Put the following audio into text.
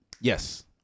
Yes